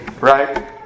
Right